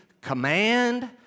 command